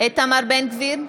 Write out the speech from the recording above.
איתמר בן גביר,